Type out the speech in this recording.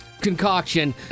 concoction